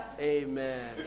Amen